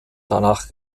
danach